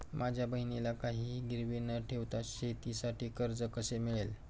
माझ्या बहिणीला काहिही गिरवी न ठेवता शेतीसाठी कर्ज कसे मिळेल?